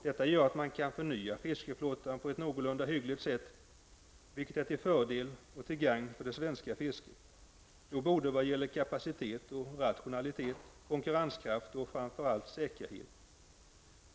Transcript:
Detta gör det möjligt att förnya fiskeflottan på ett någorlunda hyggligt sätt, vilket är till fördel och till gagn för det svenska fisket vad gäller kapacitet och rationalitet, konkurrenskraft och -- framför allt -- säkerhet.